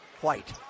White